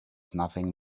nothing